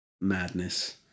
madness